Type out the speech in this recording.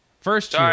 First